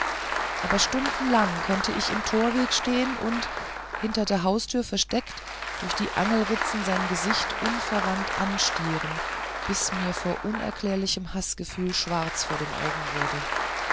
aber stundenlang konnte ich im torweg stehen und hinter der haustür versteckt durch die angelritzen sein gesicht unverwandt anstieren bis mir vor unerklärlichem haßgefühl schwarz vor den augen wurde